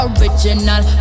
Original